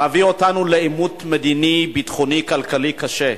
מביא אותנו לעימות מדיני-ביטחוני-כלכלי קשה.